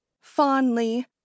Fondly